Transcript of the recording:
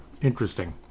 Interesting